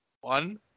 One